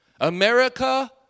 America